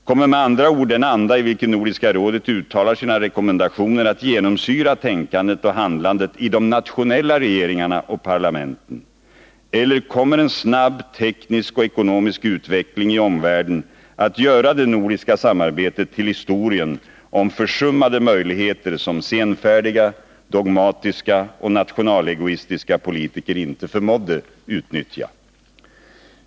Kommer med andra ord den anda i vilken Nordiska rådet uttalar sina rekommendationer att genomsyra tänkandet och handlandet i de nationella regeringarna och parlamenten? Eller kommer en snabb teknisk och ekonomisk utveckling i omvärlden att göra det nordiska samarbetet till historien om försummade möjligheter som senfärdiga, dogmatiska och nationalegoistiska politiker inte förmådde utnyttja?